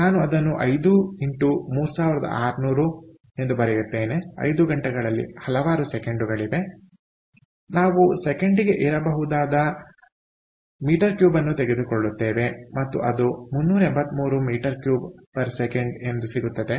ಆದ್ದರಿಂದ ನಾನು ಅದನ್ನು 5 x 3600 ಎಂದು ಬರೆಯುತ್ತೇನೆ 5 ಗಂಟೆಗಳಲ್ಲಿ ಹಲವಾರು ಸೆಕೆಂಡುಗಳಿವೆ ನಾವು ಸೆಕೆಂಡಿಗೆ ಇರಬಹುದಾದ m 3 ಅನ್ನು ತೆಗೆದುಕೊಳ್ಳುತ್ತೇವೆ ಮತ್ತು ಅದು 389 m3 s ಎಂದು ಸಿಗುತ್ತದೆ